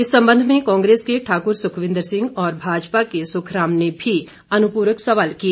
इस संबंध में कांग्रेस के ठाकुर सुखविंद्र सिंह और भाजपा के सुखराम ने भी अनुपूरक सवाल किए